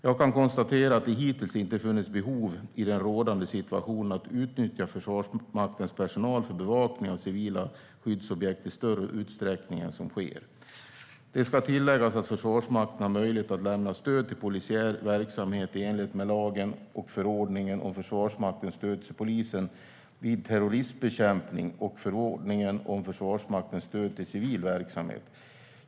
Jag kan konstatera att det hittills inte har funnits behov i den rådande situationen att utnyttja Försvarsmaktens personal för bevakning av civila skyddsobjekt i större utsträckning än som sker. Det ska tilläggas att Försvarsmakten har möjlighet att lämna stöd till polisiär verksamhet i enlighet med lagen och förordningen om Försvarsmaktens stöd till polisen vid terrorismbekämpning och förordningen om Försvarsmaktens stöd till civil verksamhet.